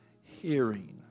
hearing